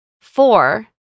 Four